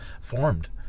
formed